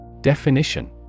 Definition